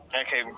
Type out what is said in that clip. Okay